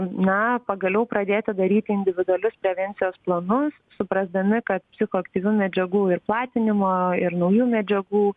na pagaliau pradėti daryti individualius prevencijos planus suprasdami kad psichoaktyvių medžiagų ir platinimo ir naujų medžiagų